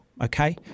okay